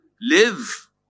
live